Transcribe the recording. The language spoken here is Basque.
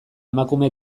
emakume